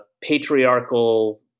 patriarchal